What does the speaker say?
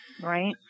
right